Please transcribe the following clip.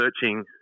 searching